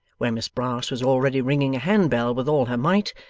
where miss brass was already ringing a hand-bell with all her might,